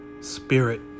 spirit